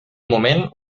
moment